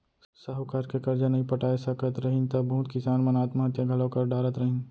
साहूकार के करजा नइ पटाय सकत रहिन त बहुत किसान मन आत्म हत्या घलौ कर डारत रहिन